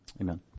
Amen